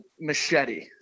machete